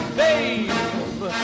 babe